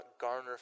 garner